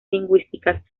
lingüísticas